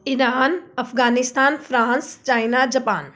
Iran Afghanistan France China Japan